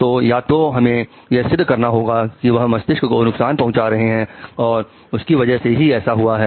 तो या तो हमें यह सिद्ध करना होगा कि वह मस्तिष्क को नुकसान पहुंचा रहे हैं और उसकी वजह से ही ऐसा हुआ है